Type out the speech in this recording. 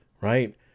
right